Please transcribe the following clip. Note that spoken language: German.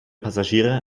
passagiere